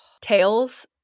Tails